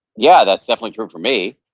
yeah, that's definitely true for me,